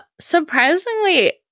surprisingly